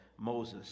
moses